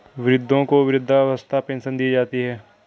वृद्धों को वृद्धावस्था पेंशन दी जाती है